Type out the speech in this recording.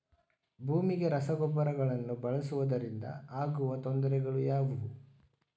ಭೂಮಿಗೆ ರಸಗೊಬ್ಬರಗಳನ್ನು ಬಳಸುವುದರಿಂದ ಆಗುವ ತೊಂದರೆಗಳು ಯಾವುವು?